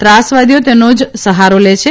ત્રાસવાદીઓ તેનો જ સહારો લે છે